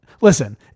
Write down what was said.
listen